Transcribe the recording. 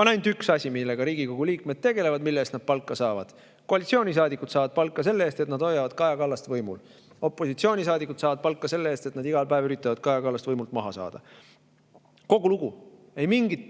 On ainult üks asi, millega Riigikogu liikmed tegelevad, mille eest nad palka saavad. Koalitsioonisaadikud saavad palka selle eest, et nad hoiavad Kaja Kallast võimul. Opositsioonisaadikud saavad palka selle eest, et nad üritavad iga päev Kaja Kallast võimult maha saada. Kogu lugu! Mingit